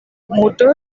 motor